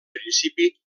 principi